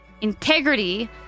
Integrity